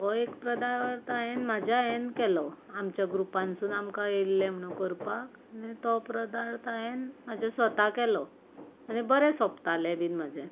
हो एक प्रदार्थ हांवें म्हाज्या हांवें केलो आमच्या ग्रुपानसून आमकां येल्लें म्हणून करपाक आनी तो प्रदार्थ हांवें म्हज्या स्वता केलो आनी बरें सोंपतालें बी म्हजें